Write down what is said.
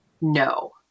no